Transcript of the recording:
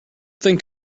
think